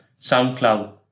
SoundCloud